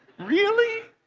really?